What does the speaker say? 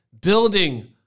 building